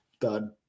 done